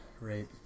Right